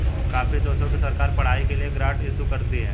काफी देशों की सरकार पढ़ाई के लिए ग्रांट इशू करती है